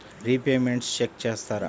Repayments check చేస్తారా?